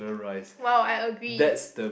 !wow! I agree